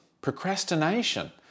procrastination